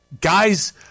guys